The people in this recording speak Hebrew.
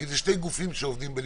כי אלה שני גופים שעובדים בנפרד.